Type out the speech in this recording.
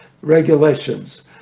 regulations